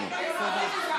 מספיק.